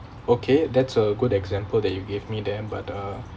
okay that's a good example that you give me then but uh